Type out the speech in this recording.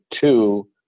two